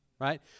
Right